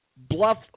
Bluff